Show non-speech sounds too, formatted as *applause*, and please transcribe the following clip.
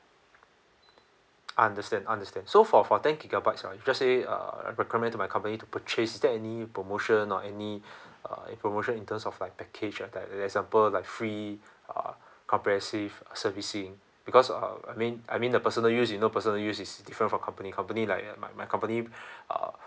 understand understand so for for ten gigabytes ah if just say uh I recommend to my company to purchase is there any promotion or any *breath* uh and promotion in terms of like package or like like example like free *breath* uh comprehensive servicing because uh I mean I mean the personal use you know personal use is different for company company like my my company *breath* uh *breath*